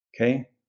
Okay